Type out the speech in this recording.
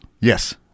Yes